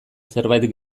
zerbait